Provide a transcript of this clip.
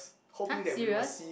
!huh! serious